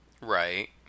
Right